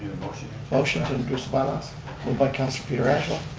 motion to introduce bylaws. moved by councilor pietrangelo,